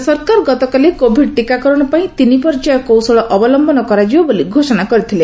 କେନ୍ଦ୍ର ସରକାର ଗତକାଲି କୋଭିଡ ଟିକାକରଣ ପାଇଁ ତିନି ପର୍ଯ୍ୟାୟ କୌଶଳ ଅବଲମ୍ଘନ କରାଯିବ ବୋଲି ଘୋଷଣା କରିଥିଲେ